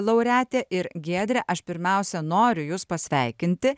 laureatė ir giedre aš pirmiausia noriu jus pasveikinti